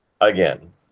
again